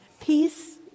Peace